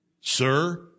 Sir